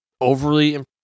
overly